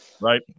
Right